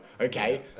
okay